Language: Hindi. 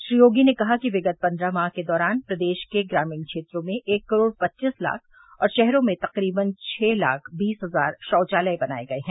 श्री योगी ने कहा कि विगत पन्द्रह माह के दौरान प्रदेश के ग्रामीण क्षेत्र्रो में एक करोड़ पच्चीस लाख और शहरों में तक़रीबन छह लाख बीस हज़ार शौवालय बनाये गये हैं